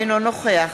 אינו נוכח